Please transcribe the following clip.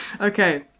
Okay